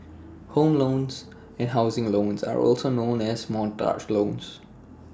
home loans and housing loans are also known as mortgage loans